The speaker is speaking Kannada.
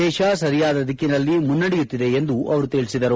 ದೇಶ ಸರಿಯಾದ ದಿಕ್ಕಿನಲ್ಲಿ ಮುನ್ನಡೆಯುತ್ತಿದೆ ಎಂದು ತಿಳಿಸಿದರು